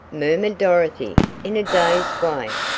murmured dorothy in a dazed way.